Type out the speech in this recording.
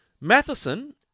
Matheson